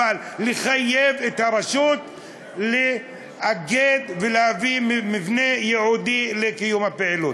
אבל יש לחייב את הרשות לאגד ולהביא מבנה ייעודי לקיום הפעילות.